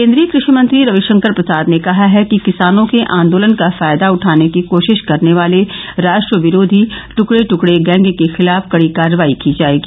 केंद्रीय मंत्री रविशंकर प्रसाद ने कहा है कि किसानों के आंदोलन का फायदा उठाने की कोशिश करने वाले राष्ट्र विरोधी ट्कड़े ट्कड़े गैंग के खिलाफ कड़ी कार्रवाई की जायेगी